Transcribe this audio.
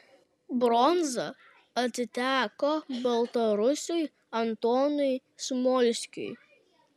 bronza atiteko baltarusiui antonui smolskiui